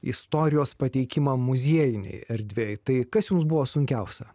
istorijos pateikimą muziejinėj erdvėj tai kas jums buvo sunkiausia